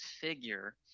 figure